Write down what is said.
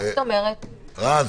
רז?